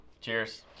Cheers